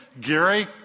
Gary